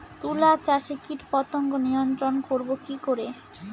তুলা চাষে কীটপতঙ্গ নিয়ন্ত্রণর করব কি করে?